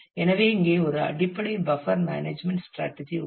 எனவே இங்கே ஒரு அடிப்படை பஃப்பர் மேனேஜ்மென்ட் ஸ்ட்ராடஜி உள்ளது